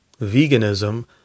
veganism